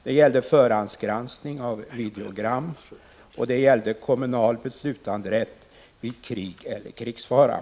Det gällde förhandsgranskning av videogram och kommunal beslutanderätt vid krig eller krigsfara.